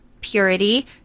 purity